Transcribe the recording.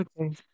Okay